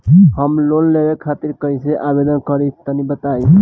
हम लोन लेवे खातिर कइसे आवेदन करी तनि बताईं?